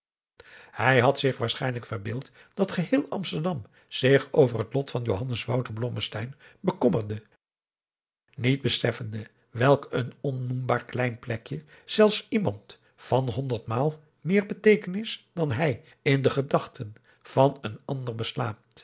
hij had zich waarschijnlijk verbeeld dat geheel amsterdam zich over het lot van johannes wouter blommesteyn bekommerde niet beseffende welk een onnoembaar klein plekje zelfs iemand van honderdmaal meer beteekenis dan hij in de gedachten van een ander beslaat